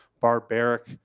barbaric